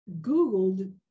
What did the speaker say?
Googled